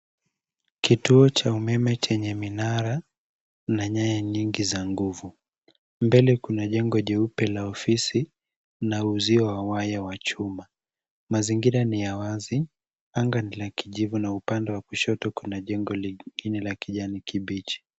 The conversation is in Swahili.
Kituo cha umeme chenye minara na nyaya nyingi za nguvu. Mbele kuna jengo jeupe la ofisi na uzio wa waya wa chuma. Mazingira ni ya wazi, anga ni la kijivu na upande wa kushoto kuna jengo lingine la kijani kibichi.